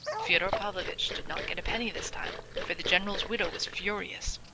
fyodor pavlovitch did not get a penny this time, for the general's widow was furious.